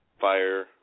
fire